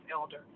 Elder